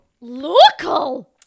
Local